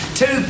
two